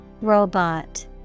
Robot